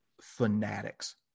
fanatics